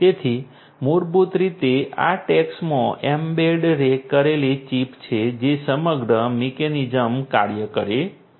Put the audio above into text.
તેથી મૂળભૂત રીતે તે આ ટૅગ્સમાં એમ્બેડ કરેલી ચિપ છે જે સમગ્ર મિકેનિઝમ કાર્ય કરે છે